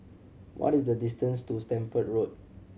what is the distance to Stamford Road